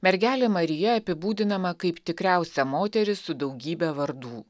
mergelė marija apibūdinama kaip tikriausia moteris su daugybe vardų